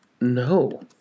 no